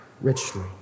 richly